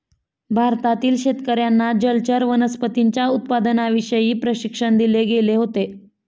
भारतातील शेतकर्यांना जलचर वनस्पतींच्या उत्पादनाविषयी प्रशिक्षण दिले गेले होते